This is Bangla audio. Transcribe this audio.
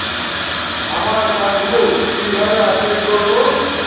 আমার পাসবুক কিভাবে আপডেট করবো?